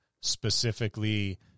specifically